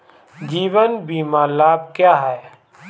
जीवन बीमा लाभ क्या हैं?